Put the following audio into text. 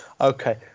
Okay